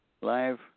live